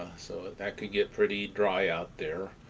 so that could get pretty dry out there.